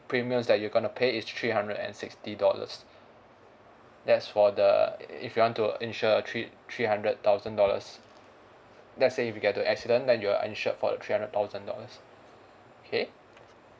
premiums that you going to pay is three hundred and sixty dollars that's for the i~ if you want to insure a three three hundred thousand dollars let's say if you get to accident then you are insured for a three hundred thousand dollars okay